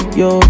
yo